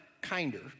kinder